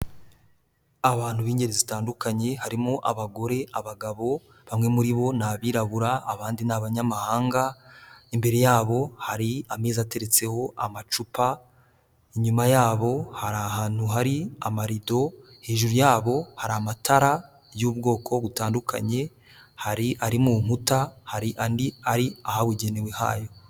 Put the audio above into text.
Abantu b'ingeri zitandukanye, harimo abagore, abagabo, bamwe muri bo ni abirabura, abandi ni abanyamahanga, imbere yabo hari ameza ateretseho amacupa, inyuma yabo hari ahantu hari amarido, hejuru yabo hari amatara y'ubwoko butandukanye, hari ari mu nkuta, hari andi ari ahabugenewe hayo.